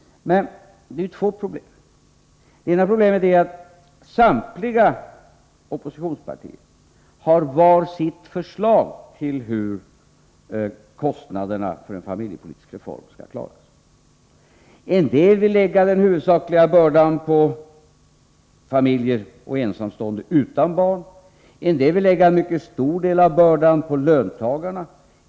Men det finns två problem. Det ena problemet är att samtliga oppositionspartier har sitt eget förslag till hur kostnaderna för en familjepolitisk reform skall klaras. En del vill lägga den huvudsakliga bördan på familjer och ensamstående utan barn. En del vill lägga en mycket stor del av bördan på löntagarna.